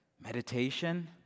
meditation